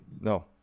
No